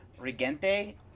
regente